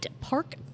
Park